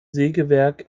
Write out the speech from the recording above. sägewerk